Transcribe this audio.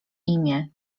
imię